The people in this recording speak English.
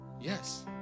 Yes